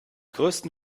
größten